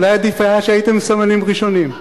אולי עדיף היה שהייתם סמלים ראשונים,